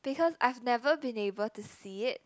because I've never been able to see it